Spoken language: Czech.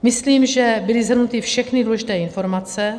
Myslím, že byly shrnuty všechny důležité informace.